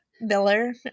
miller